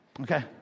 Okay